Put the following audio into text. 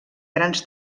grans